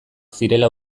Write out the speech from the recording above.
zirela